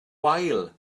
wael